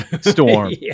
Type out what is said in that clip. storm